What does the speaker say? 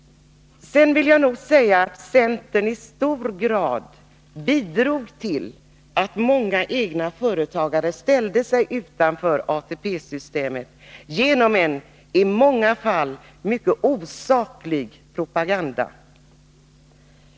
Jag vill nog säga att centern genom en i många fall mycket osaklig propaganda i hög grad bidrog till att många egna företagare ställde sig utanför ATP-systemet.